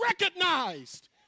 recognized